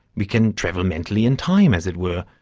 we can travel mentally in time, as it were,